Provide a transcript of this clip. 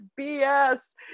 BS